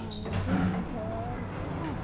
ᱢᱚᱱᱮᱨᱤᱧ ᱩᱭᱦᱟᱹᱨ ᱠᱮᱜᱼᱟ